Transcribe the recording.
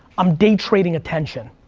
i'm day trading attention.